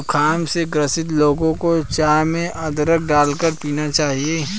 जुखाम से ग्रसित लोगों को चाय में अदरक डालकर पीना चाहिए